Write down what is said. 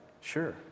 sure